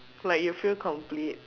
like you feel complete